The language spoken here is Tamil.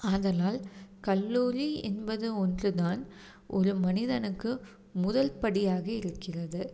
ஆதலால் கல்லூரி என்பது ஒன்று தான் ஒரு மனிதனுக்கு முதல் படியாக இருக்கிறது